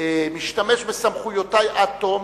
משתמש בסמכויותי עד תום,